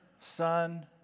Son